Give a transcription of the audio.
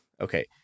okay